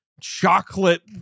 chocolate